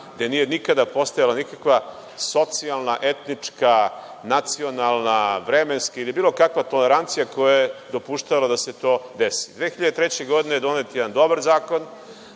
gde nije nikada postojala nikakva socijalna, etnička, nacionalna, vremenski ili bilo kakva tolerancija koja je dopuštala da se to desi. Godine 2003. je donet jedan dobar zakon